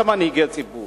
כמנהיגי ציבור,